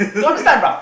you understand broth